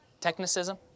Technicism